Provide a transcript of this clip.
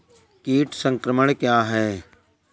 कीट संक्रमण क्या है?